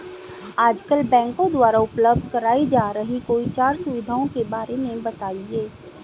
आजकल बैंकों द्वारा उपलब्ध कराई जा रही कोई चार सुविधाओं के बारे में बताइए?